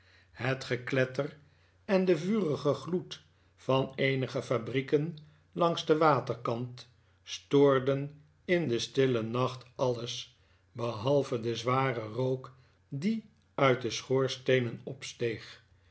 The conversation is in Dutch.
het gekletter en de vurige gloed van eenige fabrieken langs den waterkant stoorden in den stillen nacht alles behalve den zwaren rook die uit de schoorsteehen opsteeg